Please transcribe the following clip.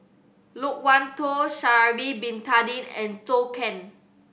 Loke Wan Tho Sha'ari Bin Tadin and Zhou Can